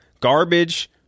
Garbage